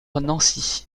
nancy